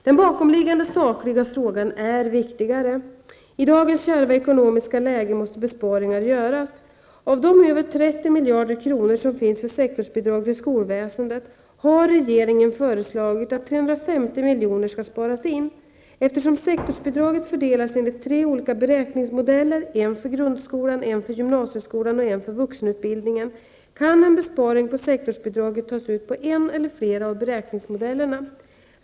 Den bakomliggande sakliga frågan är viktigare. I dagens kärva ekonomiska läge måste besparingar göras. Av de över 30 miljarder kronor som finns för sektorsbidrag till skolväsendet har regeringen föreslagit att 350 miljoner skall sparas in. Eftersom sektorsbidraget fördelas enligt tre olika beräkningsmodeller, en för grundskolan, en för gymnasieskolan och en för vuxenutbildningen, kan en besparing på sektorsbidraget tas ut på en eller flera av beräkningsmodellerna.